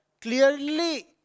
clearly